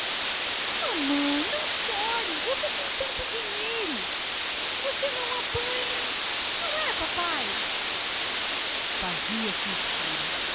mamãe não chore vocêtem tanto dinheiro você não apanha não é papáe fazia-se escuro